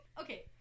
okay